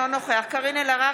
אינו נוכח קארין אלהרר,